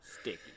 Sticky